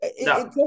No